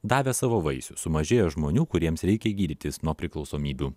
davė savo vaisių sumažėjo žmonių kuriems reikia gydytis nuo priklausomybių